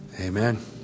Amen